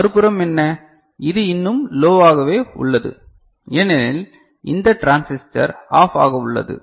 மறுபுறம் என்ன இது இன்னும் லோவாகவே உள்ளது ஏனெனில் இந்த டிரான்சிஸ்டர் ஆஃப் ஆக உள்ளது